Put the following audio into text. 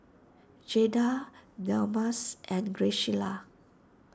Jaeda Delmas and Graciela